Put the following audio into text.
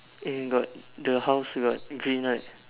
in got the house got green right